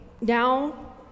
now